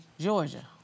Georgia